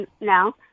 now